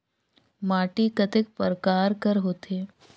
माटी कतेक परकार कर होथे?